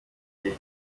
gihe